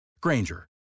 Granger